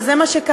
וזה מה שקרה.